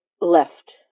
left